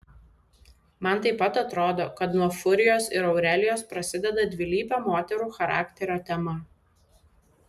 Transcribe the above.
man taip pat atrodo kad nuo furijos ir aurelijos prasideda dvilypio moterų charakterio tema